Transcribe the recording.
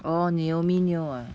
orh naomi neo ah